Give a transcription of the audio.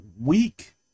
week